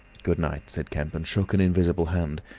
good-night, said kemp, and shook an invisible hand.